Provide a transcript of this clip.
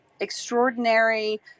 extraordinary